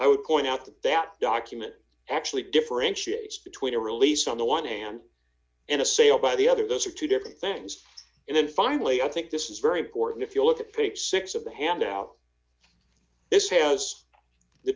i would point out that document actually differentiates between a release on the one hand and a sale by the other those are two different things and then finally i think this is very important if you look at pick six of the handout this has the